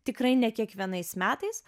tikrai ne kiekvienais metais